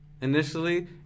Initially